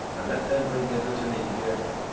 and let them bring hither to me deirdre,